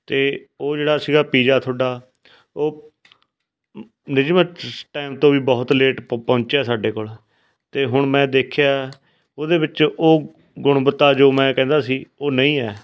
ਅਤੇ ਉਹ ਜਿਹੜਾ ਸੀਗਾ ਪੀਜ਼ਾ ਤੁਹਾਡਾ ਉਹ ਨਿਯਮਿਤ ਸ ਟਾਇਮ ਤੋਂ ਵੀ ਬਹੁਤ ਲੇਟ ਪ ਪਹੁੰਚਿਆ ਸਾਡੇ ਕੋਲ ਅਤੇ ਹੁਣ ਮੈਂ ਦੇਖਿਆ ਉਹਦੇ ਵਿੱਚ ਉਹ ਗੁਣਵੱਤਾ ਜੋ ਮੈਂ ਕਹਿੰਦਾ ਸੀ ਉਹ ਨਹੀਂ ਹੈ